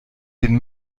den